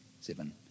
seven